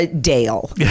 Dale